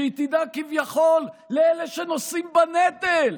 שהיא תדאג כביכול לאלה שנושאים בנטל,